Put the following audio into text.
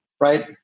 right